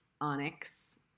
Onyx